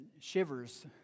shivers